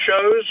shows